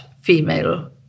female